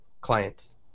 clients